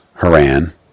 Haran